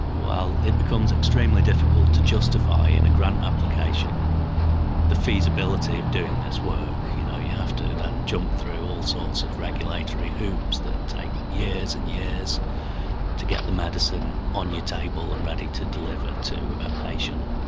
well, it becomes extremely difficult to justify in a grant application the feasibility of doing this work. you know you have to then jump through all sorts of regulatory hoops that take years and years to get the medicine on your table and ready to deliver to a patient.